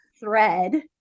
thread